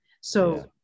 So-